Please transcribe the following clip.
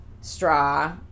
straw